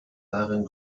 darin